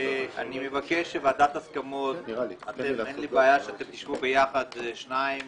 אני מבקש שוועדת ההסכמות אין לי בעיה שתשבו יחד שניים